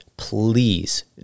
please